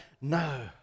No